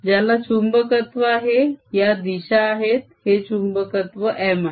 ज्याला चुंबकत्व आहे या दिशा आहेत हे चुंबकत्व M आहे